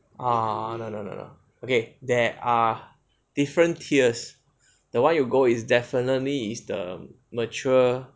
ah okay there are different tiers the one you go is definitely is the mature